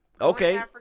okay